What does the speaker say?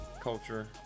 culture